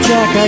Jack